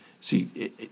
see